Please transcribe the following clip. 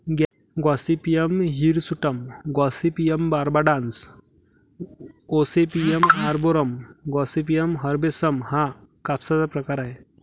Gossypium hirsutum, gossypium barbadense, gossypium arboreum, gossypium herbaceum हा कापसाचा प्रकार आहे